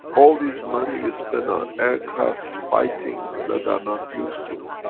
all this money spent on aircrafts, fighting, that they are not used too.